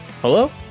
Hello